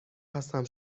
هستم